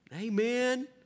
Amen